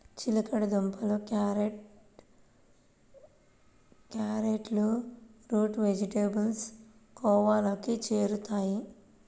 చిలకడ దుంపలు, క్యారెట్లు రూట్ వెజిటేబుల్స్ కోవలోకి చేరుతాయి